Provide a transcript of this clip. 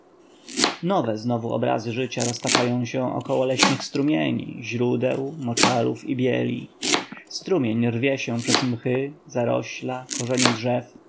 nowe znowu obrazy życia roztaczają się około leśnych strumieni źródeł moczarów i bieli strumień rwie się przez mchy zarośla korzenie drzew